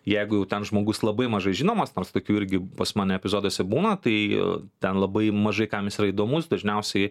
jeigu jau ten žmogus labai mažai žinomas nors tokių irgi pas mane epizoduose būna tai ten labai mažai kam jis yra įdomus dažniausiai